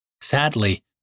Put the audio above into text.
Sadly